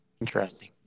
Interesting